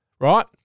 Right